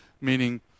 meaning